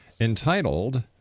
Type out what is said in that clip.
entitled